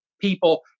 people